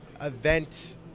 event